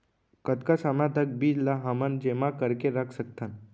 कतका समय तक बीज ला हमन जेमा करके रख सकथन?